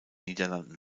niederlanden